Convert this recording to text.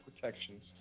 protections